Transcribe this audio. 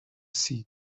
see